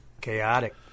Chaotic